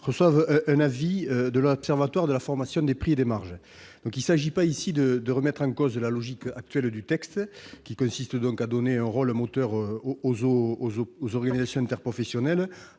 reçoivent un avis de l'Observatoire de la formation des prix et des marges des produits alimentaires. Il ne s'agit pas de remettre en cause la logique actuelle du texte qui consiste à donner un rôle moteur aux organisations interprofessionnelles,